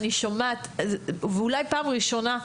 אני שומעת ואולי פעם ראשונה,